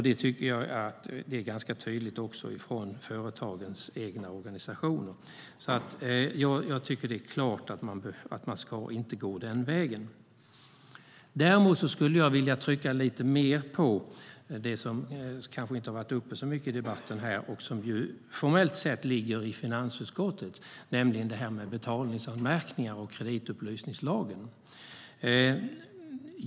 Det tycker jag är ganska tydligt också från företagens egna organisationer. Jag tycker att det är klart att man inte ska gå den vägen. Däremot skulle jag vilja trycka lite mer på det som kanske inte har varit uppe så mycket i debatten och som formellt sett ligger i finansutskottet, nämligen det här med betalningsanmärkningar och kreditupplysningslagen.